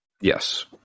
Yes